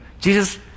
Jesus